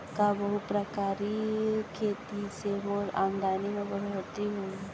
का बहुप्रकारिय खेती से मोर आमदनी म बढ़होत्तरी होही?